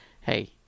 hey